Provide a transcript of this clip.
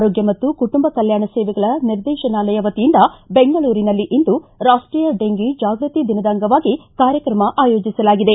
ಆರೋಗ್ಯ ಮತ್ತು ಕುಟುಂಬ ಕಲ್ಕಾಣ ಸೇವೆಗಳ ನಿರ್ದೇಶನಾಲಯ ವತಿಯಿಂದ ಬೆಂಗಳೂರಿನಲ್ಲಿ ಇಂದು ರಾಷ್ಟೀಯ ಡೆಂಗೀ ಜಾಗೃತಿ ದಿನದ ಅಂಗವಾಗಿ ಕಾರ್ಯಕ್ರಮ ಆಯೋಜಿಸಲಾಗಿದೆ